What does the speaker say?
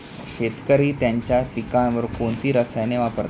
शेतकरी त्यांच्या पिकांवर कोणती रसायने वापरतात?